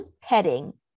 petting